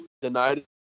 denied